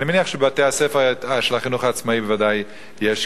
אני מניח שבבתי-הספר של החינוך העצמאי בוודאי כן יש.